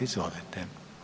Izvolite.